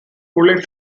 fully